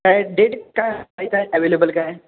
काय डेट काय काय अॅवेलेबल काय